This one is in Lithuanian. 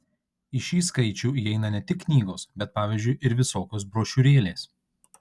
į šį skaičių įeina ne tik knygos bet pavyzdžiui ir visokios brošiūrėlės